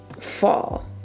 fall